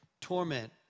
torment